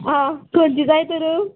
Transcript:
आ खंयचीं जाय तर